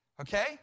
Okay